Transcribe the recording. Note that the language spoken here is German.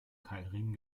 keilriemen